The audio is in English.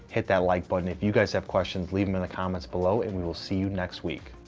hit that like button. if you guys have questions, leave them in the comments below and we will see you next week.